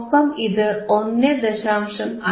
ഒപ്പം ഇത് 1